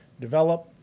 develop